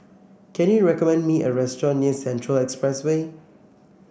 can you recommend me a restaurant near Central Expressway